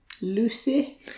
Lucy